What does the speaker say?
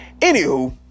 Anywho